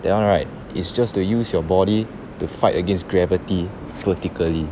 that one right is just to use your body to fight against gravity vertically